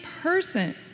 person